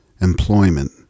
employment